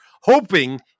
hoping